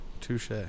Touche